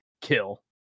kill